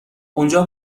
اونجا